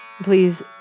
Please